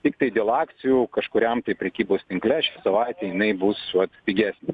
tiktai dėl akcijų kažkuriam prekybos tinkle šią savaitę jinai bus pigesnė